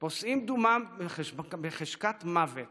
פוסעים דומם בחשכת מוות